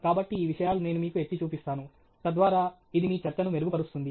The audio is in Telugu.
కాబట్టి ఈ విషయాలు నేను మీకు ఎత్తి చూపిస్తాను తద్వారా ఇది మీ చర్చను మెరుగుపరుస్తుంది